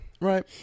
Right